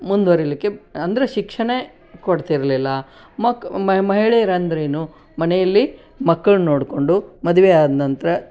ಮುಂದುವರೀಲಿಕ್ಕೆ ಅಂದರೆ ಶಿಕ್ಷಣ ಕೊಡ್ತಿರಲಿಲ್ಲ ಮಕ್ ಮಹಿಳೆಯರಂದ್ರೇನು ಮನೆಯಲ್ಲಿ ಮಕ್ಕಳನ್ನು ನೋಡಿಕೊಂಡು ಮದುವೆ ಆದ ನಂತರ